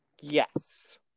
Yes